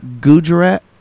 Gujarat